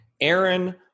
Aaron